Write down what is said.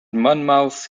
monmouth